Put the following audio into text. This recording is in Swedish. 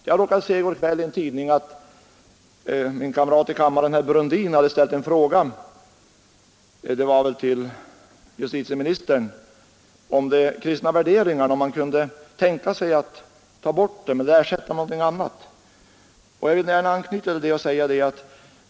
Jag råkade se i går kväll att en kamrat i kammaren, herr Brundin, hade ställt en fråga till justitieministern, om man kunde tänka sig att ta bort de kristna värderingarna och ersätta dem med någonting annat. Jag vill gärna anknyta till den.